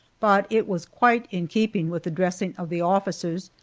but it was quite in keeping with the dressing of the officers,